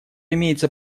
имеется